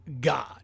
God